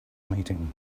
meeting